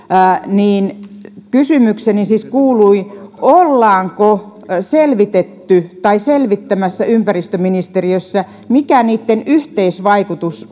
niin kysymykseni siis kuului ollaanko selvitetty tai selvittämässä ympäristöministeriössä mikä niitten yhteisvaikutus